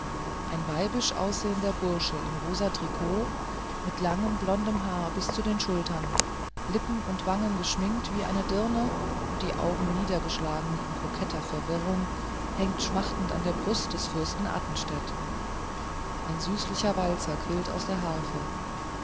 ein weibisch aussehender bursche in rosa trikots mit langem blondem haar bis zu den schultern lippen und wangen geschminkt wie eine dirne und die augen niedergeschlagen in koketter verwirrung hängt schmachtend an der brust des fürsten athenstädt ein süßlicher walzer quillt aus der harfe